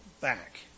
back